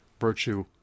virtue